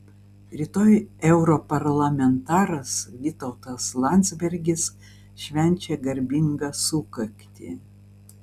rytoj europarlamentaras vytautas landsbergis švenčia garbingą sukaktį